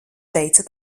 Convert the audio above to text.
teica